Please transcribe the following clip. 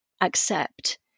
accept